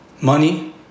money